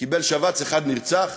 קיבל שבץ, אחד נרצח.